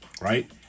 Right